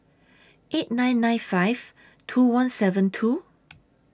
eight nine nine five two one seven two